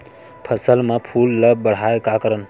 फसल म फूल ल बढ़ाय का करन?